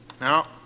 Now